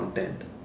content